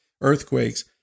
earthquakes